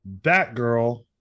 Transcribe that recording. batgirl